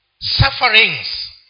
sufferings